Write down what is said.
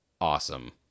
awesome